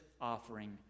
offering